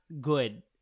good